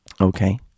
Okay